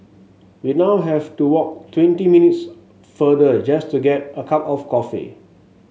we now have to walk twenty minutes farther just to get a cup of coffee